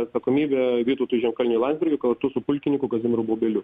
atsakomybė vytautui žemkalniui landsbergiui kartu su pulkininku kazimieru bobeliu